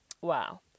Wow